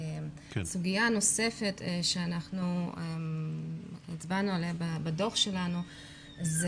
סוגיה נוספת שהצבענו עליה בדוח שלנו זה